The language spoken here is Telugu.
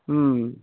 మ్మ్